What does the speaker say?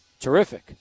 terrific